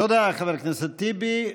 תודה, חבר הכנסת טיבי.